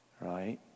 Right